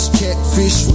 catfish